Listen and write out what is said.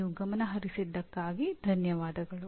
ನೀವು ಗಮನಹರಿಸಿದ್ದಕ್ಕಾಗಿ ಧನ್ಯವಾದಗಳು